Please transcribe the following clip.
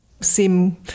seem